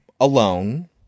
alone